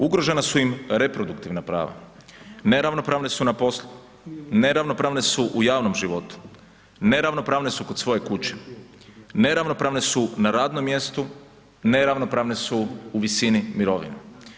Ugrožena su im reproduktivna prava, neravnopravne su na poslu, neravnopravne su u javnom životu, neravnopravne su kod svoje kuće, neravnopravne su na radnom mjestu, neravnopravne su u visini mirovine.